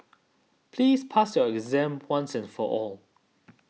please pass your exam once and for all